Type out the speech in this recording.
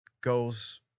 goes